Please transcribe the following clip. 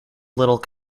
little